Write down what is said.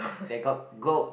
they got gold